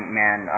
man